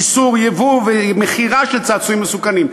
איסור ייבוא ומכירה של צעצועים מסוכנים.